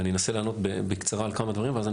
אני אנסה לענות בקצרה על כמה דברים ואז אני